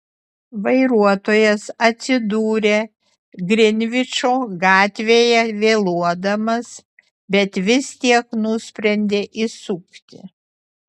vairuotojas atsidūrė grinvičo gatvėje vėluodamas bet vis tiek nusprendė įsukti